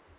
ah